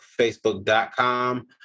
facebook.com